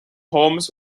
homes